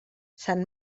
sant